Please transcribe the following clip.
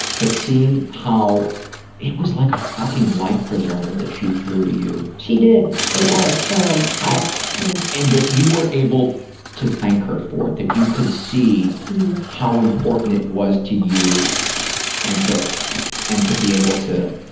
but seeing how it was like a fucking life preserver that she threw to you. she did. it was. um yeah and that you were able to thank her for it, that you could see how important it was to you and to and to be able to